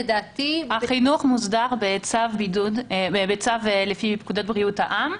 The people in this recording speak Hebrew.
החינוך מוסדר בצו לפי פקודת בריאות העם,